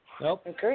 Nope